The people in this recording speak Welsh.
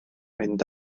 mynd